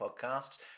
podcasts